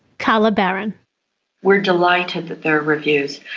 carla baron we're delighted that there are reviews.